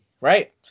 right